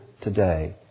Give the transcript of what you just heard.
today